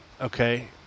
okay